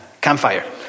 campfire